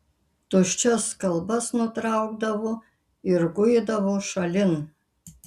tuščias kalbas nutraukdavo ir guidavo šalin